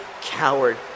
coward